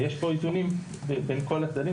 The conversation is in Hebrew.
ויש פה איזונים בין כל הצדדים,